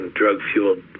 drug-fueled